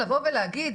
לבוא ולהגיד,